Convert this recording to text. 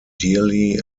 dearly